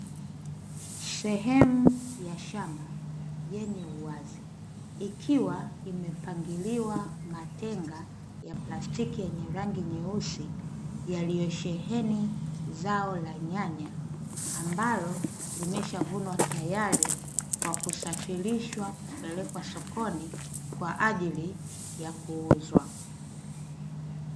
Sehemu ya shamba yenye uwazi ikiwa iimepangiliwa matenga ya plastiki yenye rangi nyeusi yaliyosheheni zao la nyanya, ambalo limesha vunwa tayari kwa kusafirishwa kupelekwa sokoni kwaajili ya kuuzwa.